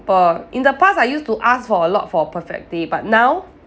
~ple in the past I used to ask for a lot for a perfect day but now